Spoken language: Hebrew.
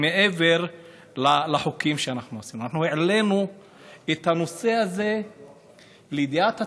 מעבר לחוקים שאנחנו עושים: אנחנו העלינו את הנושא הזה לידיעת הציבור,